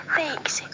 Thanks